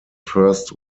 first